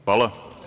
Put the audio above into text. Hvala.